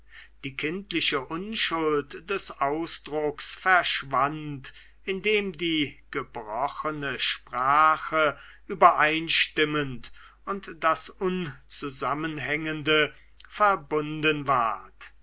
die kindliche unschuld des ausdrucks verschwand indem die gebrochene sprache übereinstimmend und das unzusammenhängende verbunden ward